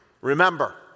Remember